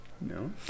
No